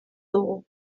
dugu